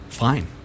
fine